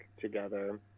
together